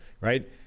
right